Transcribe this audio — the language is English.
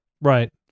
Right